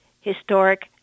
historic